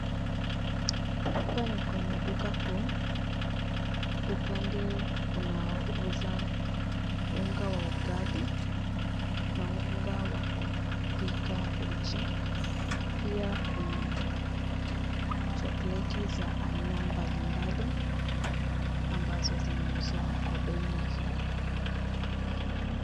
Hapa ni kwenye duka kuu, upande unaouza unga wa ugali na unga wa kupika uji. Pia kuna (cs) chocolate (cs) za aina mbali mbali, ambazo zinauzwa kwa bei nafuu.